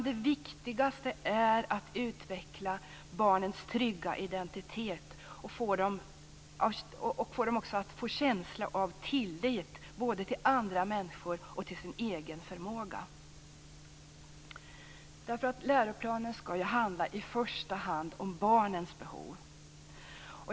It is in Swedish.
Det viktigaste är att utveckla barnens trygga identitet och ge dem en känsla av tillit både till andra människor och till sin egen förmåga. Läroplanen skall ju i första hand handla om barnens behov.